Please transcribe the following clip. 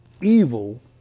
evil